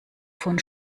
von